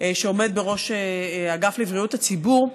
שעומד בראש אגף לבריאות הציבור,